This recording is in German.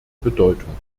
bedeutung